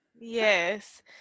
Yes